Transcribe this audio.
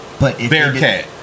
Bearcat